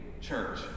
church